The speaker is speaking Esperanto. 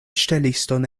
ŝteliston